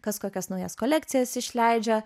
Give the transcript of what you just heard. kas kokias naujas kolekcijas išleidžia